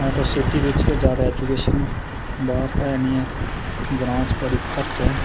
जां ते सिटी बिच गै जैदा ऐजुकेशन ऐ बाहर ते ऐ नीं ऐ ग्रां च बड़ी घट्ट ऐ